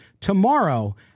tomorrow